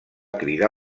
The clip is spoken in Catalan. cridar